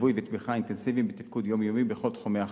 ליווי ותמיכה אינטנסיביים בתפקוד יומיומי בכל תחומי החיים.